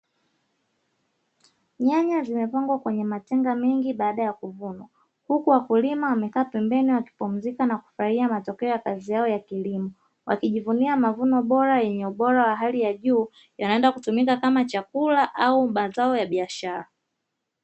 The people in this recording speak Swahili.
Nyanya zimepangwa kwenye matenga mengi baada ya kuvunwa, huku wakulima wamekaa pembeni wakipumzika na kufurahia matokeo ya kazi yao ya kilimo; wakijivunia mavuno bora yenye ubora wa hali ya juu yanayoenda kutumika kama chakula au mazao ya biashara.